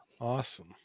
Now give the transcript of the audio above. Awesome